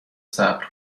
صبر